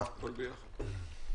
הכול ביחד?